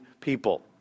people